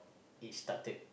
he started